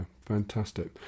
fantastic